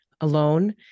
alone